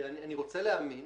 אני רוצה להאמין